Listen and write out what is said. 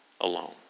alone